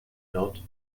nord